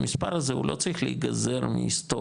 המספר הזה הוא לא צריך להיגזר מהיסטוריה,